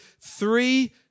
three